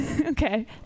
Okay